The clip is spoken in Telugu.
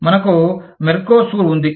మనకు మెర్కోసూర్ ఉంది